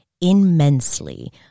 immensely